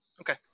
Okay